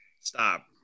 Stop